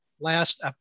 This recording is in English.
last